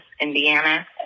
Indiana